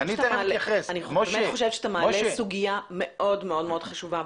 אני חושב שאתה מעלה סוגיה מאוד מאוד חשובה.